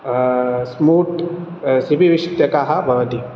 smooth सिपिविष्टकः भवति